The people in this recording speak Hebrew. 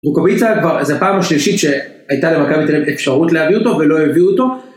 רוקאביצה כבר איזה פעם השלישית שהייתה למכבי תל אביב אפשרות להביא אותו ולא הביאו אותו